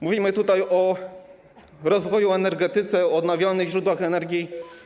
Mówimy tutaj o rozwoju energetyki, o odnawialnych źródłach energii.